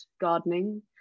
gardening